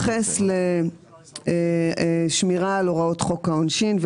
להתייחס לשמירה על הוראות חוק העונשין.